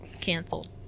Canceled